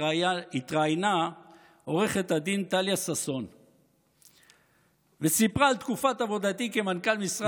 התראיינה עו"ד טליה ששון וסיפרה על תקופת עבודתי כמנכ"ל משרד השיכון.